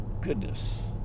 goodness